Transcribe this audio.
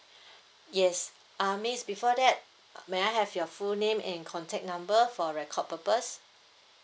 yes err miss before that may I have your full name and contact number for record purpose